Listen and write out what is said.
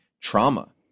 trauma